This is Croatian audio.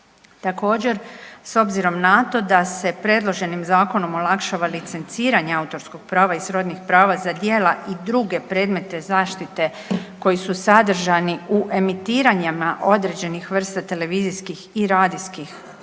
Također s obzirom na to da se predloženim zakonom olakšava licenciranje autorskog prava i srodnih prava za djela i druge predmeta zaštite koji su sadržani u emitiranjima određenih vrsta televizijskih i radijskih